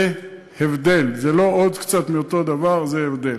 זה הבדל; זה לא עוד קצת מאותו דבר, זה הבדל.